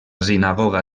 sinagoga